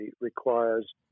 requires